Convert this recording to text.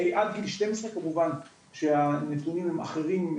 עד גיל שתים עשרה כמובן שהנתונים הם אחרים,